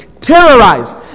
terrorized